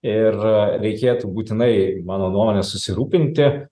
ir reikėtų būtinai mano nuomone susirūpinti